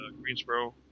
Greensboro